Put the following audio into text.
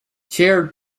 chaired